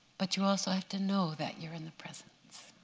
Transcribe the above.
but you also have to know that you're in the presence.